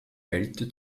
eilte